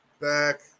back